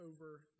over